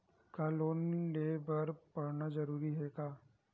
का लोन ले बर पढ़ना जरूरी हे का?